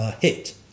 hit